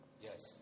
Yes